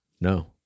No